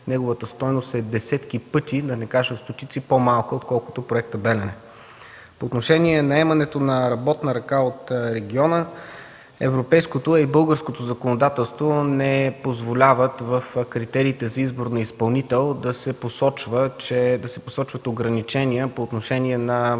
неговата стойност е десетки пъти, да не кажа, стотици по-малка отколкото проектът „Белене”. По отношение наемането на работна ръка от региона – европейското, а и българското законодателство не позволяват в критериите за избор на изпълнител да се посочват ограничения по отношение на